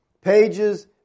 pages